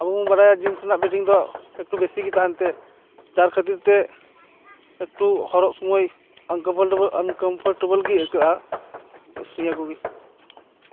ᱟᱵᱚ ᱵᱚᱱ ᱵᱟᱰᱟᱭᱟ ᱡᱤᱱᱥ ᱨᱮᱱᱟᱜ ᱯᱷᱤᱴᱤᱝ ᱫᱚ ᱮᱠᱴᱩ ᱵᱮᱥᱤᱜᱮ ᱛᱟᱦᱮᱱ ᱛᱮ ᱡᱟᱨ ᱠᱷᱟᱹᱛᱤᱨ ᱛᱮ ᱮᱠᱴᱩ ᱦᱚᱨᱚᱜ ᱥᱩᱢᱟᱹᱭ ᱟᱱᱠᱚᱢᱯᱷᱚᱨᱴᱮᱵᱚᱞ ᱟᱱᱠᱚᱢᱯᱷᱚᱨᱴᱮᱵᱚᱞ ᱜᱮ ᱟᱹᱭᱠᱟᱹᱜᱼᱟ ᱵᱮᱥ ᱱᱤᱭᱟᱹ ᱠᱚᱜᱮ